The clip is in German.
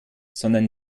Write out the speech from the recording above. sondern